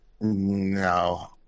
No